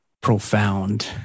profound